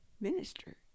minister